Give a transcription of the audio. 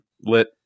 lit